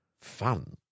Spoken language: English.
fun